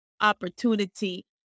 opportunity